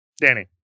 Danny